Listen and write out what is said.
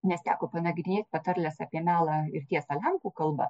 nes teko panagrinėt patarles apie melą ir tiesa lenkų kalba